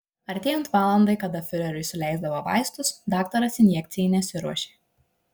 artėjant valandai kada fiureriui suleisdavo vaistus daktaras injekcijai nesiruošė